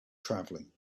traveling